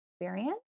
experience